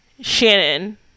Shannon